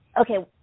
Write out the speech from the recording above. okay